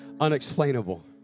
Unexplainable